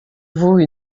vous